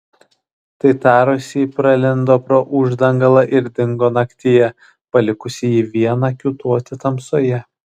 tai tarusi ji pralindo pro uždangalą ir dingo naktyje palikusi jį vieną kiūtoti tamsoje